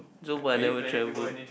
so far I never travel